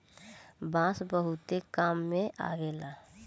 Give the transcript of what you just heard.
बांस बहुते काम में अवेला